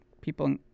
people